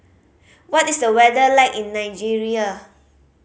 what is the weather like in Nigeria